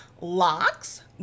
locks